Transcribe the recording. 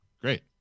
Great